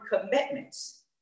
commitments